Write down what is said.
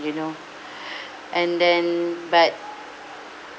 you know and then but